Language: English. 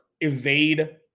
evade